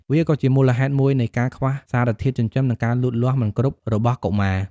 វាក៏ជាមូលហេតុមួយនៃការខ្វះសារធាតុចិញ្ចឹម និងការលូតលាស់មិនគ្រប់របស់កុមារ។